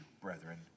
brethren